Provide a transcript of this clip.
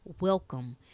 Welcome